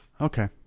okay